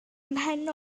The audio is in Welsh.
mhen